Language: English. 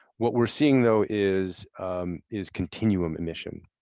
what we're seeing, though, is is continuum emission.